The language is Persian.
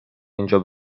اینجا